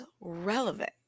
relevant